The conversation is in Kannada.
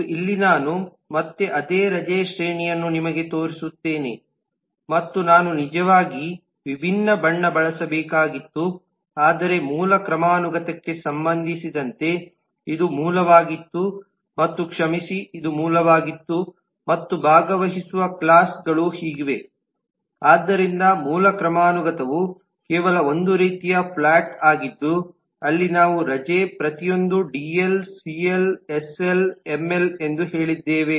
ಮತ್ತು ಇಲ್ಲಿ ನಾನು ಮತ್ತೆ ಅದೇ ರಜೆ ಶ್ರೇಣಿಯನ್ನು ನಿಮಗೆ ತೋರಿಸುತ್ತೇನೆ ಮತ್ತು ನಾನು ನಿಜವಾಗಿ ವಿಭಿನ್ನ ಬಣ್ಣ ಬಳಸಬೇಕಾಗಿತ್ತು ಆದರೆ ಮೂಲ ಕ್ರಮಾನುಗತಕ್ಕೆ ಸಂಬಂಧಿಸಿದಂತೆ ಇದು ಮೂಲವಾಗಿತ್ತು ಮತ್ತು ಕ್ಷಮಿಸಿ ಇದು ಮೂಲವಾಗಿತ್ತು ಮತ್ತು ಭಾಗವಹಿಸುವ ಕ್ಲಾಸ್ಗಳು ಹೀಗಿವೆ ಆದ್ದರಿಂದ ಮೂಲ ಕ್ರಮಾನುಗತವು ಕೇವಲ ಒಂದು ರೀತಿಯ ಫ್ಲಾಟ್ ಆಗಿದ್ದು ಅಲ್ಲಿ ನಾವು ರಜೆ ಪ್ರತಿಯೊಂದೂ ಡಿಎಲ್ ಸಿಎಲ್ ಎಸ್ಎಲ್ ಎಂಎಲ್ ಎಂದು ಹೇಳಿದ್ದೇವೆ